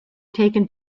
taken